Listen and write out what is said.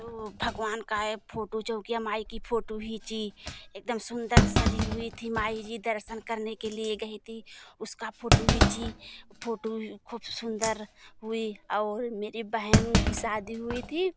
तो भगवान का यह फोटो चौकिया माई की फोटो खींची एक दम सुन्दर सजी हुई थी माई जी दर्शन करने के लिए गई थी उसकी फोटो खींची फोटो ख़ूब सुंदर हुई और मेरी बहन की शादी हुई थी